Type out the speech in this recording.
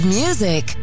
music